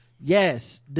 yes